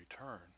return